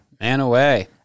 Manaway